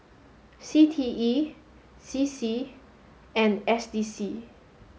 C T E C C and S D C